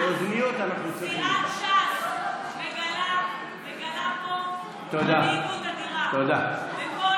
סיעת ש"ס מגלה פה מנהיגות אדירה בקול